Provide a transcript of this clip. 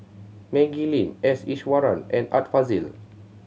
Maggie Lim S Iswaran and Art Fazil